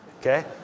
Okay